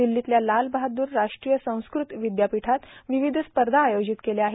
दिल्लीतल्या लाल बहादूर राष्ट्रीय संस्कृत विद्यापीठात विविध स्पर्धा आयोजित केल्या आहेत